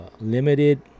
limited